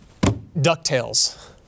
DuckTales